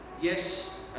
Yes